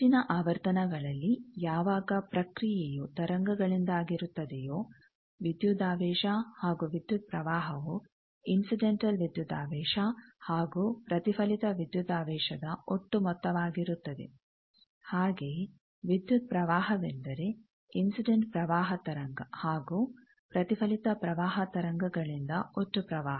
ಹೆಚ್ಚಿನ ಆವರ್ತನಗಳಲ್ಲಿ ಯಾವಾಗ ಪ್ರಕ್ರಿಯೆಯು ತರಂಗಗಳಿಂದಾಗಿರುತ್ತದೆಯೋ ವಿದ್ಯುದಾವೇಶ ಹಾಗೂ ವಿದ್ಯುತ್ ಪ್ರವಾಹವು ಇನ್ಸಿಡೆಂಟಲ್ ವಿದ್ಯುದಾವೇಶ ಹಾಗೂ ಪ್ರತಿಫಲಿತ ವಿದ್ಯುದಾವೇಶದ ಒಟ್ಟು ಮೊತ್ತವಾಗಿರುತ್ತದೆ ಹಾಗೆಯೇ ವಿದ್ಯುತ್ ಪ್ರವಾಹವೆಂದರೆ ಇನ್ಸಿಡೆಂಟ್ ಪ್ರವಾಹ ತರಂಗ ಹಾಗೂ ಪ್ರತಿಫಲಿತ ಪ್ರವಾಹ ತರಂಗಗಳಿಂದ ಒಟ್ಟು ಪ್ರವಾಹ